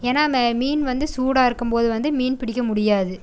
ஏன்னா அந்த மீன் வந்து சூடாக இருக்கும் போது மீன் பிடிக்க முடியாது